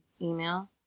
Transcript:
email